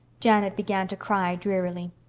janet began to cry drearily.